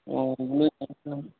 ও ওগুলোই জানছিলাম